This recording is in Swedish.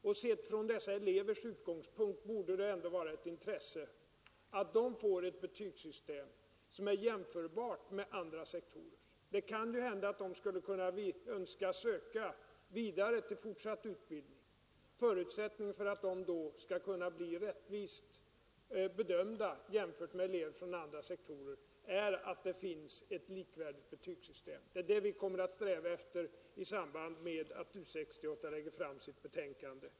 Från ifrågavarande elevers utgångspunkt borde det ändå vara ett intresse att de får ett betygssystem, som är jämförbart med andra sektorers. Det kan ju hända att elever vill söka vidare till fortsatt utbildning. Förutsättningen för att de då skall kunna bli rättvist bedömda i förhållande till elever från andra sektorer är att det finns ett likvärdigt betygssystem. Det är det vi kommer att försöka skapa efter det att U 68 lagt fram sitt betänkande.